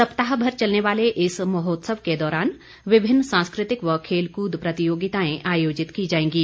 सप्ताहभर चलने वाले इस महोत्सव के दौरान विभिन्न सांस्कृतिक व खेलकूद प्रतियोगिताएं आयोजित की जाएंगी